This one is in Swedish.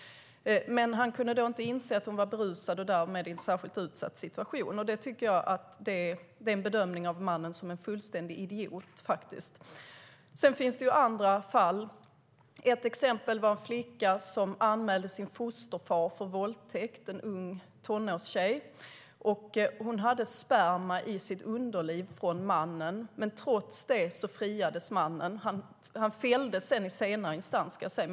Men han kunde inte inse att hon var berusad och därmed i en särskilt utsatt situation. Det tycker jag är en bedömning av mannen som en fullständig idiot. Det finns andra fall. En ung tonårstjej anmälde sin fosterfar för våldtäkt. Hon hade sperma från mannen i sitt underliv. Trots det friades mannen. Han fälldes sedan i högre instans, ska jag säga.